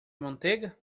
manteiga